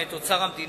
מאת אוצר המדינה,